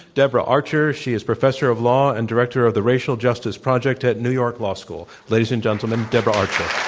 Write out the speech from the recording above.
deborah archer. she is professor of law and director of the racial justice project at new york law school. ladies and gentlemen, deborah archer.